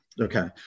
Okay